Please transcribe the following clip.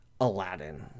aladdin